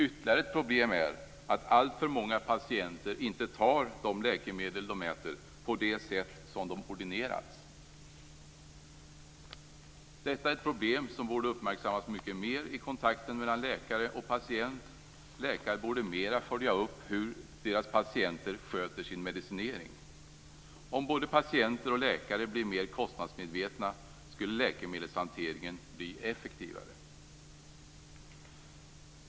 Ytterligare ett problem är att alltför många patienter inte tar de läkemedel de skall äta på det sätt de har ordinerats. Detta är ett problem som borde uppmärksammas mer i kontakten mellan läkare och patient. Läkare borde mer följa upp hur deras patienter sköter sin medicinering. Om både patienter och läkare blir mer kostnadsmedvetna skulle läkemedelshanteringen bli effektivare.